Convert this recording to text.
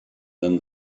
than